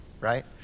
right